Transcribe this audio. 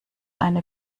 eine